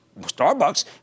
Starbucks